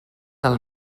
del